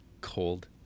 cold